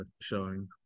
showing